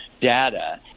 data